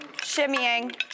Shimmying